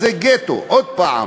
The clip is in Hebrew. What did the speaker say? זה גטו, עוד הפעם,